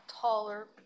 taller